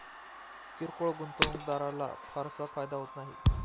किरकोळ गुंतवणूकदाराला फारसा फायदा होत नाही